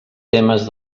temes